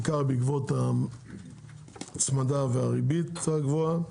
בעיקר בעקבות ההצמדה והריבית קצת גבוהה.